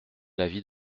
l’avis